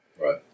Right